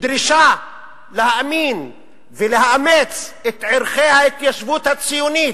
דרישה להאמין ולאמץ את ערכי ההתיישבות הציונית.